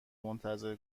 منتظر